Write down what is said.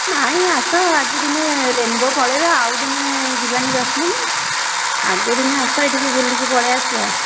ନାଇଁ ଆସ ଆଜି ଦିନେ ରେନ୍ବୋ ପଳାଇବା ଆଉ ଦିନେ ଯିବାନି ଯସ୍ମିନ୍ ଆଗେ ଦିନେ ଆସ ଏଠିକି ବୁଲିକି ପଳାଇ ଆସିବା